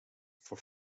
for